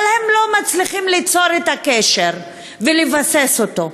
אבל הם לא מצליחים ליצור את הקשר ולבסס אותו.